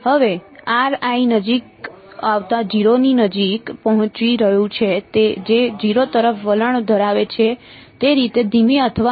હવે નજીક આવતા 0 ની નજીક પહોંચી રહ્યું છે જે 0 તરફ વલણ ધરાવે છે તે રીતે ધીમી અથવા ધીમી છે